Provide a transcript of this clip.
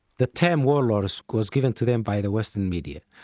the term warlord so was given to them by the western media.